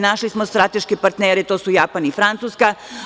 Našli smo strateške partnere, to su Japan i Francuska.